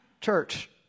Church